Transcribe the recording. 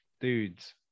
dudes